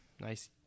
nice